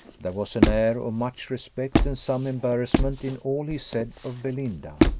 there was an air of much respect and some embarrassment in all he said of belinda,